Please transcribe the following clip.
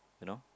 you know